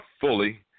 fully